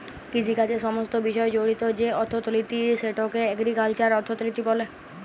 কিষিকাজের সমস্ত বিষয় জড়িত যে অথ্থলিতি সেটকে এগ্রিকাল্চারাল অথ্থলিতি ব্যলে